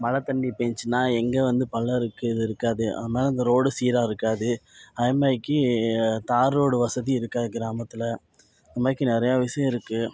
மழை தண்ணி பெஞ்சிச்சினா எங்கே வந்து பள்ளம் இருக்குது எது இருக்காது அதனால் ரோடு சீராக இருக்காது அதுமேரிக்கி தார் ரோடு வசதி இருக்காது கிராமத்தில் அதுமேய்க்கு நிறையா விஷயம் இருக்குது